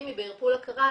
אם היא בערפול הכרה,